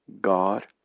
God